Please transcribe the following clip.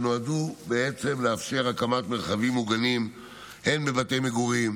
שנועדו לאפשר הקמת מרחבים מוגנים גם בבתי מגורים.